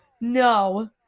No